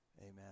Amen